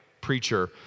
preacher